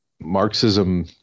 Marxism